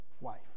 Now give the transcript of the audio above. wife